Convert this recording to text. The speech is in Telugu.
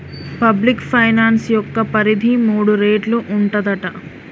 పబ్లిక్ ఫైనాన్స్ యొక్క పరిధి మూడు రేట్లు ఉంటదట